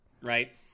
Right